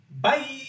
Bye